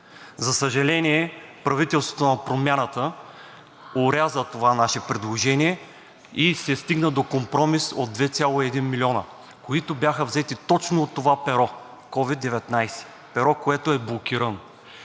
За съжаление, правителството на Промяната оряза това наше предложение и се стигна до компромис от 2,1 милиона, които бяха взети точно от това перо – COVID-19, перо, което е блокирано.